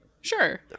Sure